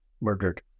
murdered